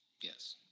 Yes